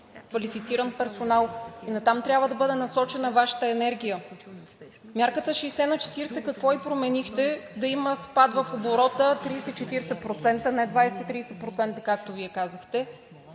квалифициран персонал, и натам трябва да бъде насочена Вашата енергия. Мярката 60/40 – какво ѝ променихте? Да има спад в оборота 30 – 40%, а не 20 – 30%, както Вие казахте,